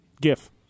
gif